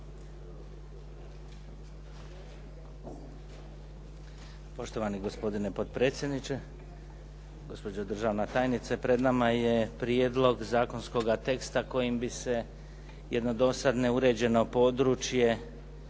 Poštovani gospodine potpredsjedniče, gospođo državna tajnice. Pred nama je prijedlog zakonskoga teksta kojim bi se jedno dosad neuređeno područje